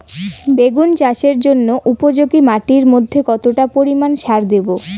বেগুন চাষের জন্য উপযোগী মাটির মধ্যে কতটা পরিমান সার দেব?